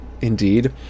Indeed